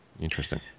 Interesting